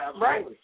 right